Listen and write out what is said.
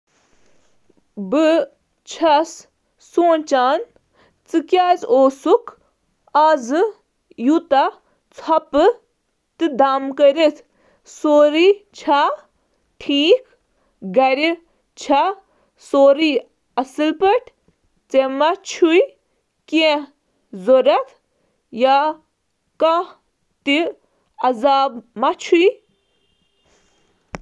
مےٚ وُچھ ژٕ ٲسۍ آز ژھۄپہٕ، تہٕ بہٕ اوسُس صرف چیک اِن کرُن یژھان۔ کیٛاہ گَرَس منٛز چھےٚ سورُے کینٛہہ ٹھیٖک؟ تۄہہِ چھا کینٛہہ ضروٗرت؟